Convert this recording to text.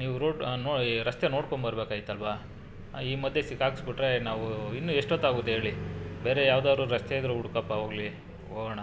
ನೀವು ರೋಡ್ ನೋ ಈ ರಸ್ತೆ ನೋಡ್ಕೊಂಬರ್ಬೇಕಾಯಿತ್ತಲ್ವಾ ಈ ಮಧ್ಯೆ ಸಿಕಾಕ್ಸ್ಬುಟ್ರೆ ನಾವು ಇನ್ನೂ ಎಷ್ಟೊತ್ತಾಗುತ್ತೆ ಹೇಳಿ ಬೇರೆ ಯಾವ್ದಾರೂ ರಸ್ತೆ ಇದ್ದರೆ ಹುಡ್ಕಪ್ಪಾ ಹೋಗ್ಲಿ ಹೋಗೊಣ